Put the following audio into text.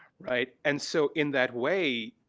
right? and so in that way,